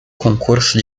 concurso